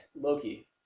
Loki